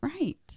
Right